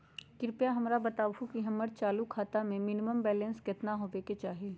कृपया हमरा बताहो कि हमर चालू खाता मे मिनिमम बैलेंस केतना होबे के चाही